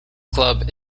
club